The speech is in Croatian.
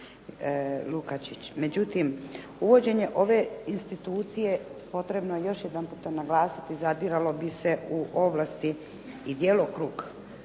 Lukačić. Međutim, uvođenje ove institucije, potrebno je još jedanputa naglasiti zadiralo bi se u ovlasti i djelokrug